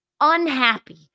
unhappy